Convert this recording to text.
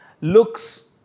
looks